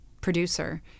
producer